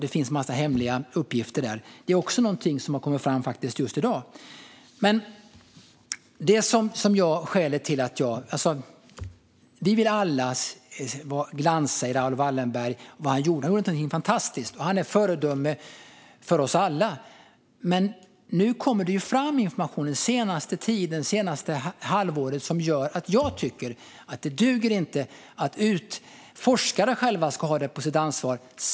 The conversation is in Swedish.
Det finns en massa hemliga uppgifter där. Detta har som sagt kommit fram just i dag. Vi vill alla sola oss i Raoul Wallenbergs glans. Det han gjorde var fantastiskt, och han är ett föredöme för oss alla. Men det senaste halvåret har det kommit fram information som gör att det inte duger att bara forskare ska ta ansvar.